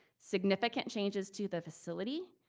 significant changes to the facility,